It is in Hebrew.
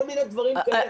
כל מיני דברים כאלה.